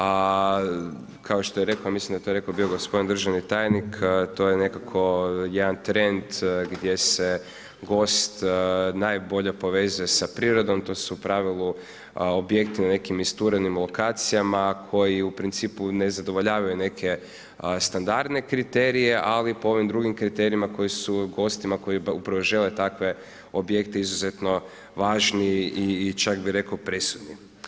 A kao što je rekao, ja mislim da je to rekao bio gospodin tajnik, to je nekako jedan trend gdje se gost najbolje povezuje sa prirodom, to su u pravilu objekti na nekim isturenim lokacijama koji u principu ne zadovoljavaju neke standardne kriterije ali po ovim drugim kriterijima koji su gostima koji upravo žele takve objekte izuzetno važni i čak bih rekao presudni.